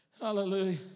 Hallelujah